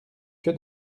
que